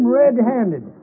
red-handed